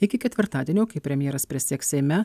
iki ketvirtadienio kai premjeras prisieks seime